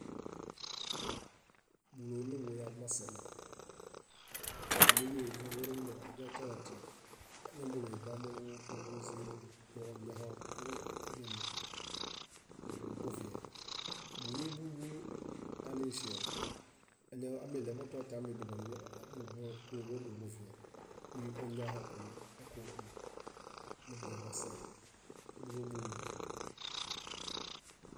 . Búloo nuḃuyamasena. Aminizũḃõ rúmunda añatianotia, áñambolo niḃa móḃu- móḃuziromi, mooñaho óo- odiami: buviẽ. Búloobulu búlu aniŝeen, aña- amiɭebototia amidubo nízoġaɭo buvũ- búloobiḃi buviẽ, míi oñaho okumi okuḃomi, nuḃuyaḃasena, búloobulu búlu.